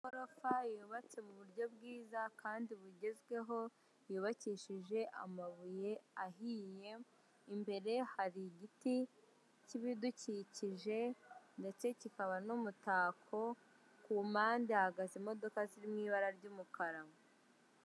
Amagorofa yubatse mu buryo bwiza kandi bugezweho, yubakishije amabuye ahiye, imbere hari igiti cy'ibidukikije ndetse kikaba n'umutako, ku mpande hahagaze imodoka ziri mu ibara ry'umukara.